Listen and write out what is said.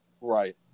Right